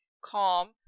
calm